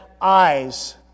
eyes